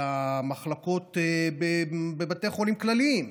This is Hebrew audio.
הגיעו למחלקות בבתי חולים כלליים.